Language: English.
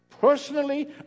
Personally